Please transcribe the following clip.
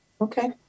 Okay